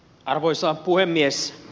arvoisa puhemies